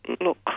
look